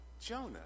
Jonah